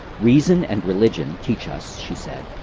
reason and religion teach us, she said,